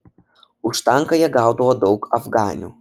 už tanką jie gaudavo daug afganių